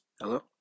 Hello